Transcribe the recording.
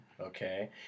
Okay